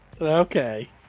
Okay